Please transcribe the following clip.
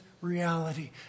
reality